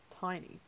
tiny